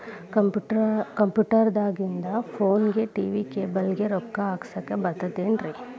Computer ದಾಗಿಂದ್ ಫೋನ್ಗೆ, TV cable ಗೆ, ರೊಕ್ಕಾ ಹಾಕಸಾಕ್ ಬರತೈತೇನ್ರೇ?